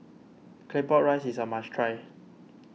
Claypot Rice is a must try